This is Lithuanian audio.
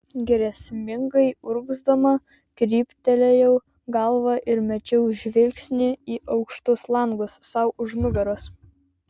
grėsmingai urgzdama kryptelėjau galvą ir mečiau žvilgsnį į aukštus langus sau už nugaros